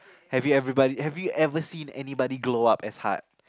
have you everybody have you ever seen anybody glow up as hard